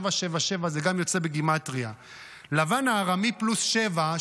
זה גם יוצא בגימטרייה 777. לבן הארמי פלוס שבע,